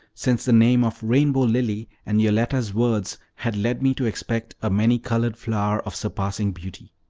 since the name of rainbow lily, and yoletta's words, had led me to expect a many-colored flower of surpassing beauty.